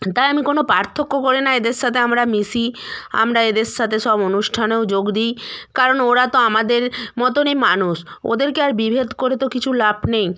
তাই আমি কোনো পার্থক্য করি না এদের সাতে আমি মিশি আমরা এদের সাতে সব অনুষ্ঠানেও যোগ দিই কারণ ওরা তো আমাদের মতোনই মানুষ ওদেরকে আর বিভেদ করে তো কিছু লাভ নেই